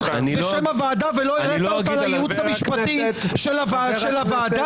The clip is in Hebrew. בשם הוועדה ולא הראית אותה לייעוץ המשפטי של הוועדה?